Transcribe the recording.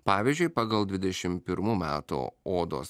pavyzdžiui pagal dvidešim pirmų metų odos